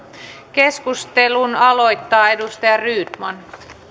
keskustelun aloittaa edustaja rydman